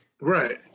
Right